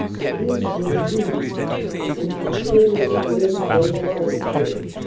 the hens went broody and in despair of the daily drain upon her purse,